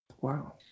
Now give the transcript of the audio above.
Wow